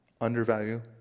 undervalue